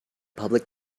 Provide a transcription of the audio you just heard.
public